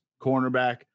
cornerback